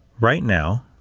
right now,